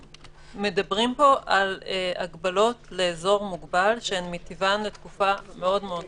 מדברים פה על הגבלות לאזור מוגבל שהן מטבען לתקופה מאוד-מאוד קצובה.